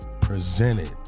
presented